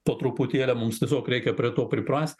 po truputėlį mums tiesiog reikia prie to priprast